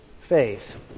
faith